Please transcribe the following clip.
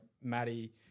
Maddie